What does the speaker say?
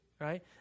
right